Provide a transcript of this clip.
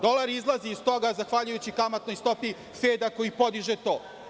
Dolar izlazi iz toga zahvaljujući kamatnoj stopi Feda, koji podiže to.